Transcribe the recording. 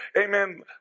amen